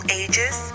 ages